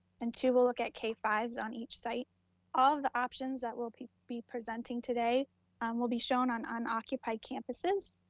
and two will look at k five on each site. all of the options that we'll be be presenting today um will be shown on unoccupied campuses.